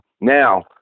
Now